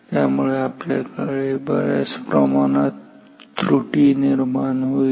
त्यामुळे आपल्याकडे बऱ्याच प्रमाणात त्रुटी निर्माण होईल